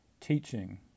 teaching